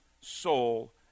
soul